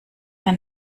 ein